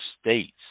states